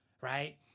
Right